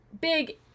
big